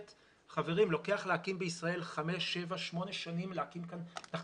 חברת הכנסת יוליה, הוא עונה לך לשאלה.